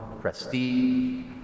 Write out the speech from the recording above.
prestige